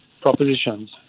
propositions